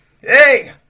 Hey